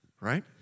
Right